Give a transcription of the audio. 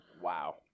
Wow